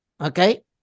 okay